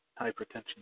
hypertension